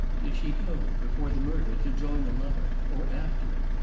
did she go, before the murder, to join a lover? or after it?